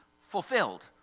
fulfilled